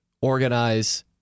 organize